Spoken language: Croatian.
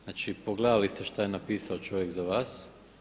Znači, pogledali ste što je napisao čovjek za vas.